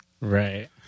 Right